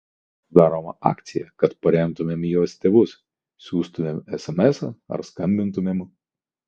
bus daroma akcija kad paremtumėm jos tėvus siųstumėm esemesą ar skambintumėm